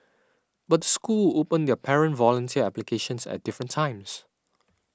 but the school open their parent volunteer applications at different times